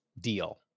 deal